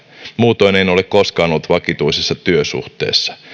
muutoin en ole koskaan ollut vakituisessa työsuhteessa